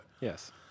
yes